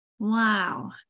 Wow